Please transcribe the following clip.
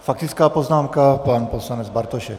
Faktická poznámka pan poslanec Bartošek.